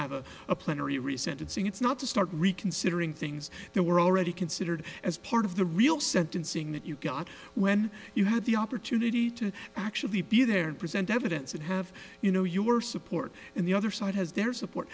have a plenary resentencing it's not to start reconsidering things that were already considered as part of the real sentencing that you got when you had the opportunity to actually be there and present evidence and have you know your support and the other side has their support